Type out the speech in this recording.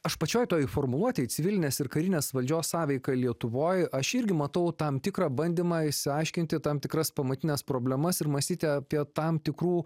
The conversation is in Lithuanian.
aš pačioj toj formuluotėj civilinės ir karinės valdžios sąveika lietuvoj aš irgi matau tam tikrą bandymą išsiaiškinti tam tikras pamatines problemas ir mąstyti apie tam tikrų